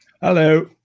Hello